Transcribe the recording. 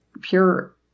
pure